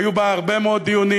היו בה הרבה מאוד דיונים,